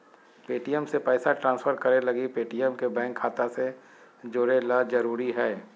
Paytm से पैसा transfer करे लगी पेटीएम के बैंक खाता से जोड़े ल जरूरी हय